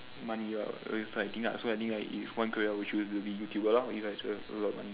money ah so that's what I think lah so I think like if one career I would choose would be YouTuber if I have a lot of money